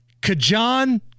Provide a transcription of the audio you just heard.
Kajan